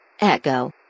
Echo